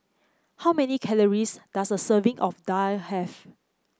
how many calories does a serving of daal have